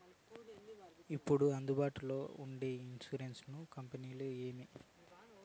ఇప్పుడు అందుబాటులో ఉండే ఇన్సూరెన్సు కంపెనీలు ఏమేమి?